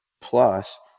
Plus